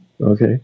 Okay